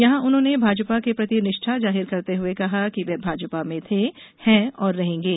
यहां उन्होंने भाजपा के प्रति निष्ठा जाहिर करते हुए कहा कि वे भाजपा में थे हैं और रहेंगे